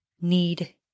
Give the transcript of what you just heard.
need